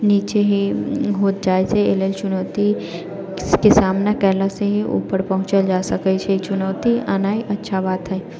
नीचे ही होइत जाइ छै अय लेल चुनौतीके सामना कयलासँ ही ऊपर पहुँचल जा सकै छै चुनौती अनाए अच्छा बात हय